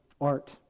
art